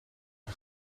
een